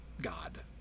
god